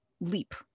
leap